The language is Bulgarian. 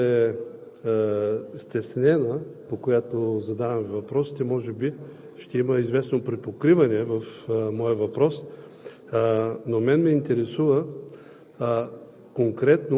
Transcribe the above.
Уважаеми господин Министър, тъй като темата, по която задаваме въпросите, е стеснена, може би ще има известно припокриване в моя въпрос.